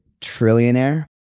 trillionaire